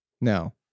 No